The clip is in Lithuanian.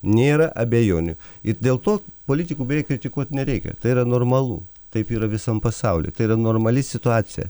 nėra abejonių ir dėl to politikų beje kritikuot nereikia tai yra normalu taip yra visam pasauly tai yra normali situacija